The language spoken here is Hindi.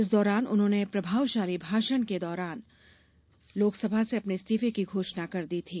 इस दौरान अपने प्रभावशाली भाषण के दौरान उन्होंने लोकसभा से अपने इस्तीफे की घोषणा कर दी थी